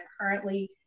currently